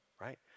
right